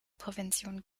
prävention